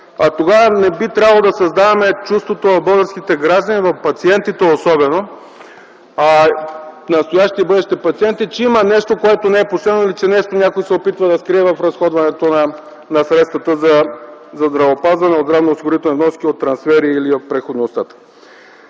тогава не би трябвало да създаваме чувството в българските граждани, в пациентите особено – настоящи и бъдещи, че има нещо, което не е почтено или че някой се опитва да скрие нещо в разходването на средствата за здравеопазване от здравноосигурителни вноски от трансфери или от преходния остатък.